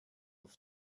auf